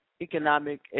economic